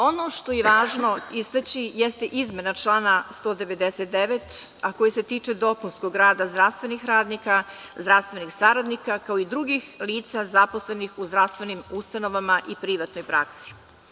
Ono što je važno istaći jeste izmena člana 199. koji se tiče dopunskog rada zdravstvenih radnika, zdravstvenih saradnika kao i drugih lica zaposlenih u zdravstvenim ustanovama i privatnoj praksi.